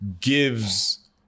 gives